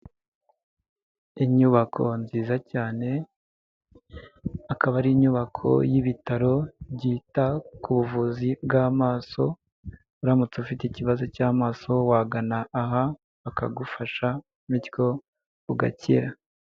Inyubako nziza cyane, akaba ari inyubako y'ibitaro byita ku buvuzi bw'amaso, uramutse ufite ikibazo cy'amaso wagana aha bakagufasha bityo ugakira.